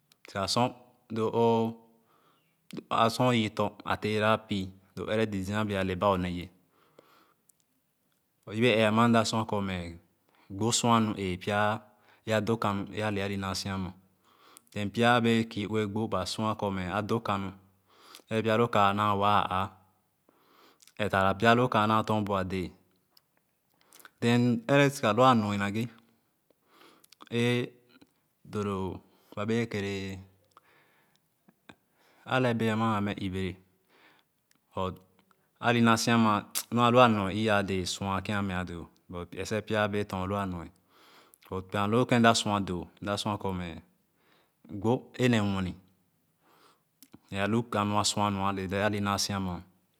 Siga sor luo iaba sor oyiitɔ a teera a pi loo ɛrɛ dɛzia abee ale ba o neye bu yebe ee ama mda sua Kormɛ gbo suamu ee pya ado kanu ee ale ani naasi ama then pya wɛ̃ɛ̃ Kii ue gbo ba sua Kor me ado Kanu yere pya lo ka a na waa a āā ēē taw pya lo ka anator adɛɛ bu a ɗɛɛ then ɛrɛ sèga loa a nue nage èèh ɗòòdòò ba bee Kerɛ a leebee amɛ ibere ani naa si ama mu anu a nue ii āāde sua Keameah doo except pya bee tonloo a nue kpaaloo ken mda sua koor gbo ne nwini mɛ alu Kanu a sua nu ẽẽh ani naasi ama.